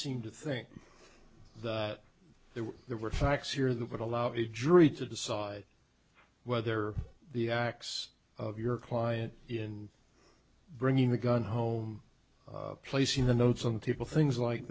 seemed to think that there were facts here that would allow a jury to decide whether the acts of your client in bringing the gun home placing the notes on people things like